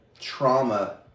trauma